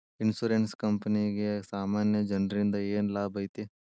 Insurance ಕ್ಂಪನಿಗೆ ಸಾಮಾನ್ಯ ಜನ್ರಿಂದಾ ಏನ್ ಲಾಭೈತಿ?